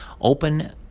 open